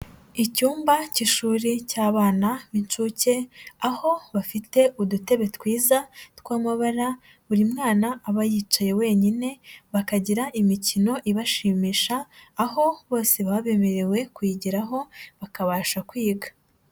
Icyumba cy'ishuri cy'abana b'incuke, aho bafite udutebe twiza tw'amabara, buri mwana aba yicaye wenyine, bakagira imikino ibashimisha, aho bose baba bemerewe kuyigeraho bakabasha kwiga.